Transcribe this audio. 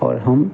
और हम